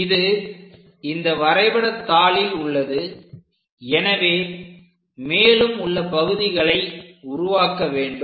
இது இந்த வரைபடத் தாளில் உள்ளது எனவே மேலும் உள்ள பகுதிகளை உருவாக்க வேண்டும்